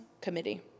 committee